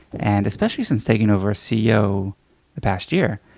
and especially since taking over ceo the past year,